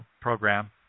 program